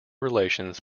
relations